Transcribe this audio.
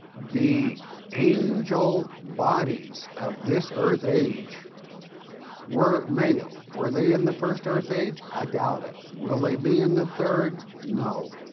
the angel bodies of this earth age were male, were they in the first earth age? i doubt it. will they be in the third? no,